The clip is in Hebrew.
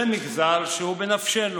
זה מגזר שהוא בנפשנו.